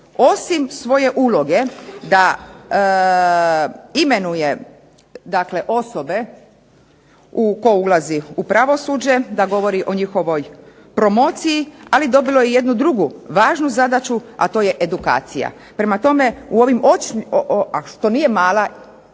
osim svoje uloge da imenuje osobe, tko ulazi u pravosuđe, da govori o njihovoj promociji, ali dobilo je jednu drugu važnu zadaću, a to je edukacija. Prema tome …/Govornica se ne razumije./…